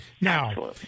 Now